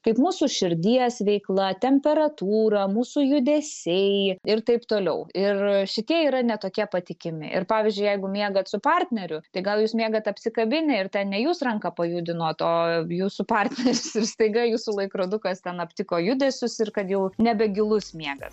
kaip mūsų širdies veikla temperatūrą mūsų judesiai ir taip toliau ir šitie yra ne tokie patikimi ir pavyzdžiui jeigu miegat su partneriu tai gal jūs miegat apsikabinę ir ten ne jūs ranka pajudinot o jūsų partneris ir staiga jūsų laikrodukas ten aptiko judesius ir kad jau nebe gilus miegas